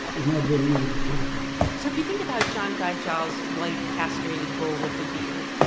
it's not very easy to kill a cow so if you think about john guy jel's white, castrated bull with the beard,